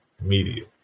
media